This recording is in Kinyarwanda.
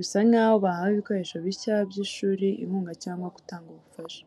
Bisa nk’aho bahawe ibikoresho bishya by’ishuri, inkunga cyangwa gutanga ubufasha.